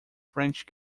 french